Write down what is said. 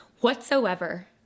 whatsoever